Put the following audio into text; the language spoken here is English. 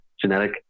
genetic